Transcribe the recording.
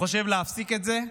וחושב להפסיק את זה.